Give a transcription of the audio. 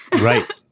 Right